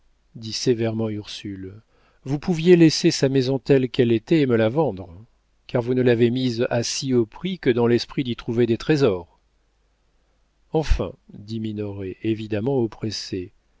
dit sévèrement ursule vous pouviez laisser sa maison telle qu'elle était et me la vendre car vous ne l'avez mise à si haut prix que dans l'espoir d'y trouver des trésors enfin dit minoret évidemment oppressé